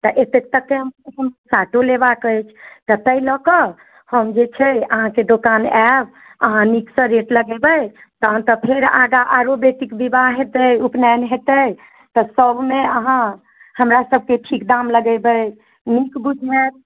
तऽ एतेक तकके साटो लेबाक अइ तऽ ताहि लऽ कऽ हम जे छै अहाँके दोकान आयब अहाँ नीकसँ रेट लगेबै तखन तऽ फेर आगाँ आरो बेटिक विवाह हेतै उपनयन हेतै तऽ सभमे अहाँ हमरासभकेँ ठीक दाम लगेबै नीक बुझायत